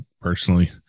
personally